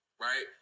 right